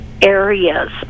areas